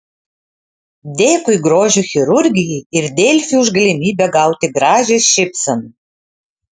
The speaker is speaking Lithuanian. dėkui grožio chirurgijai ir delfi už galimybę gauti gražią šypseną